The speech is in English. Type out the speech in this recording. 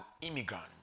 immigrant